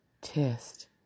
test